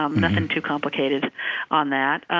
um nothing too complicated on that.